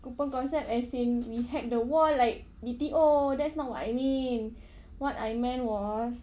open concept as in we hack the wall like B_T_O that's not what I mean what I meant was